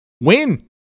win